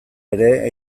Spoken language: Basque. ere